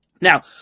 Now